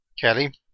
Kelly